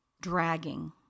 dragging